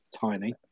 tiny